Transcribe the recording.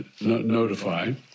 notified